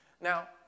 Now